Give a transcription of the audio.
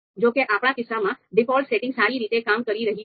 જો કે આપણા કિસ્સામાં ડિફોલ્ટ સેટિંગ સારી રીતે કામ કરી રહી છે